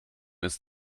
ist